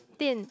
spin